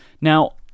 Now